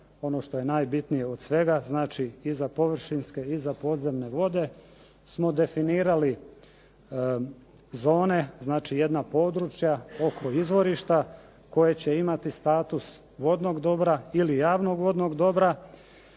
ono što je najbitnije od svega, znači i za površinske, i za podzemne vode smo definirali zone, znači jedna područja oko izvorišta koje će imati status vodnog dobra ili javnog vodnog dobra